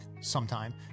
sometime